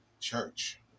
Church